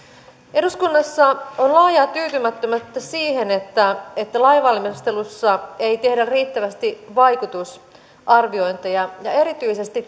eduskunnassa on laajaa tyytymättömyyttä siihen että että lainvalmistelussa ei tehdä riittävästi vaikutusarviointeja ja erityisesti